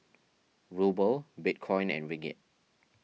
Ruble Bitcoin and Ringgit